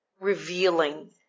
revealing